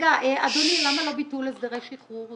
אדוני, למה "ביטול הסדרי שחרור"?